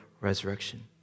resurrection